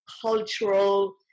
cultural